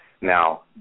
Now